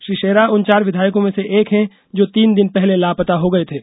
श्री शेरा उन चार विधायकों में से एक हैं जो तीन दिन पहले लापता हो गये थे